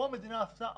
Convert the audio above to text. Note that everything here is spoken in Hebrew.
כאן המדינה עושה הפוך.